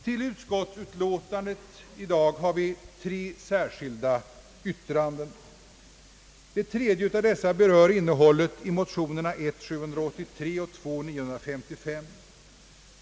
Till statsutskottets utlåtande nr 163 har fogats tre särskilda yttranden. Det tredje av dessa berör innehållet i motionerna nr 1:783 och II: 955.